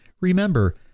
Remember